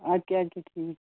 اَدٕ کیٛاہ اَدٕ کیٛاہ ٹھیٖک